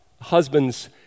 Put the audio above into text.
husbands